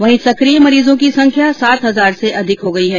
वहीं सकिय मरीजों की संख्या सात हजार से अधिक हो गई है